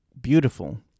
beautiful